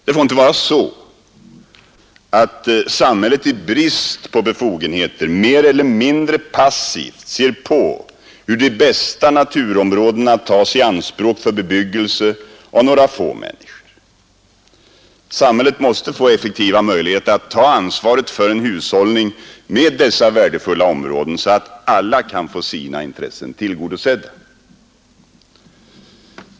Det får inte vara så att samhället i brist på befogenheter mer eller mindre passivt ser på hur de bästa naturområdena tas i anspråk för bebyggelse av några få människor. Samhället måste få effektiva möjligheter att ta ansvaret för en hushållning med dessa värdefulla områden så att alla kan få sina intressen tillgodosedda.